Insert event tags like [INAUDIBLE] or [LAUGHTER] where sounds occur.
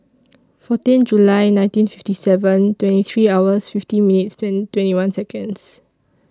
fourteen July nineteen fifty seven twenty three hours fifty minutes [UNINTELLIGIBLE] twenty one Seconds